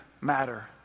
matter